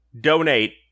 donate